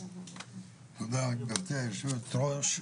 תודה רבה גברתי היושבת-ראש.